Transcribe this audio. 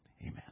amen